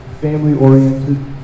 family-oriented